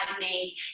made